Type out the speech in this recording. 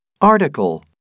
Article